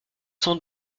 cent